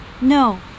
No